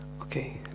Okay